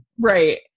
Right